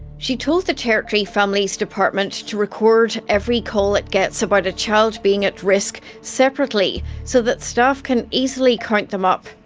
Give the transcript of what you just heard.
she told the territory families department to record every call it gets about a child being at risk separately, so that staff can easily count them up.